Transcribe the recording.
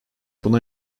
buna